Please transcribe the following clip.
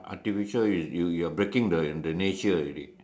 artificial you you you are breaking the the nature already